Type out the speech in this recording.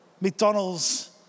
McDonald's